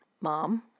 mom